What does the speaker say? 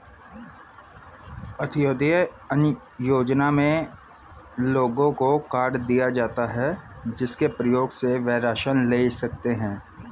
अंत्योदय अन्न योजना में लोगों को कार्ड दिए जाता है, जिसके प्रयोग से वह राशन ले सकते है